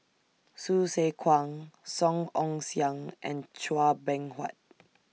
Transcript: Hsu Tse Kwang Song Ong Siang and Chua Beng Huat